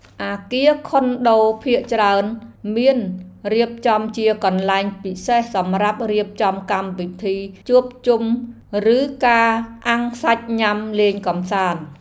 អគារខុនដូភាគច្រើនមានរៀបចំជាកន្លែងពិសេសសម្រាប់រៀបចំកម្មវិធីជួបជុំ ឬការអាំងសាច់ញ៉ាំលេងកម្សាន្ត។